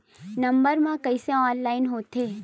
Number मा कइसे online होथे?